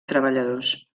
treballadors